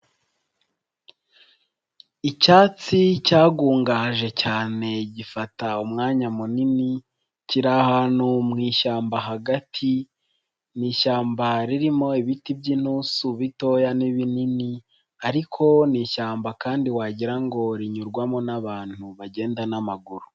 Icyatsi cyagungahaje cyane gifata umwanya munini, kiri ahantu mwishyamba hagati, ni ishyamba ririmo ibiti by'intusu bitoya ni'ibini ariko ni ishyamba kandi wagira ngo rinyurwamo n'abantu bagenda n'amaguru.